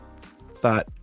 thought